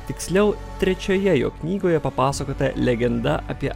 tiksliau trečioje jo knygoje papasakota legenda apie